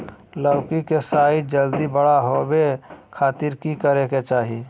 लौकी के साइज जल्दी बड़ा होबे खातिर की करे के चाही?